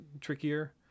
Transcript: trickier